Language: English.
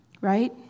right